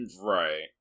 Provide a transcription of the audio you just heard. Right